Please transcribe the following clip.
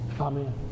Amen